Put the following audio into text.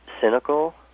cynical